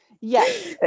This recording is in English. Yes